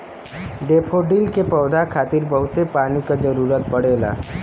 daffodil के पौधा खातिर बहुते पानी क जरुरत पड़ेला